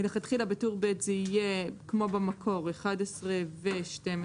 מלכתחילה, בטור ב' זה יהיה כמו במקור, 11 ו-12.